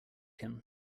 him